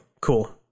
cool